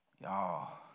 Y'all